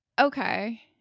Okay